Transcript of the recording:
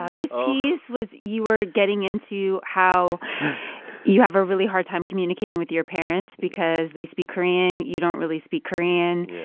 ah this piece was your ah getting into how you have a really hard time communicating with your parents because they speak korean. you don't really speak korean.